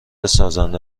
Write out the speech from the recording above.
سازنده